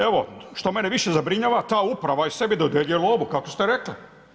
Evo što mene više zabrinjava ta uprava sebi dodjeljuje lovu kako ste rekli.